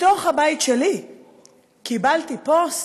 מתוך הבית שלי קיבלתי פוסט: